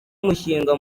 mushinga